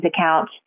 account